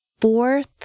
fourth